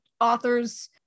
authors